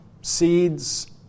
seeds